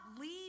leave